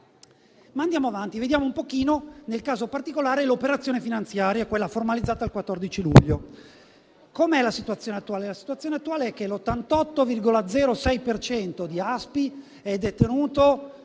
Ma andiamo avanti e vediamo un pochino, nel caso particolare, l'operazione finanziaria, quella formalizzata il 14 luglio. Com'è la situazione attuale? La situazione attuale è che l'88,06 per cento di ASPI è detenuto,